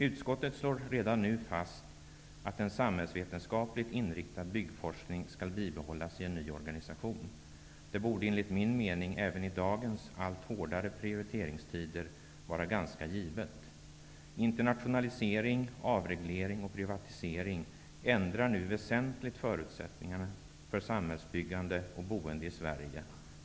Utskottet slår redan nu fast att ''en samhällsvetenskapligt inriktad byggforskning skall bibehållas i en ny organisation''. Det borde enligt min mening, även i dagens allt hårdare prioriteringstider, vara ganska givet. Internationalisering, avreglering och privatisering ändrar nu väsentligt förutsättningarna för samhällsbyggande och boende i Sverige.